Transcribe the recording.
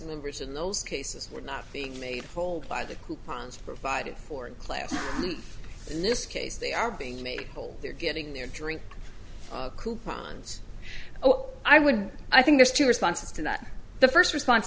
members in those cases were not being made bold by the coupons provided for in class in this case they are being made they're getting their drink coupons oh i would i think there's two responses to that the first response